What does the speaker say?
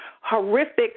horrific